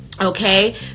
okay